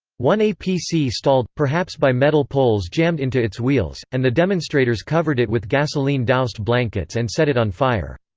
one apc stalled, perhaps by metal poles jammed into its wheels, and the demonstrators covered it with gasoline-doused blankets and set it on fire.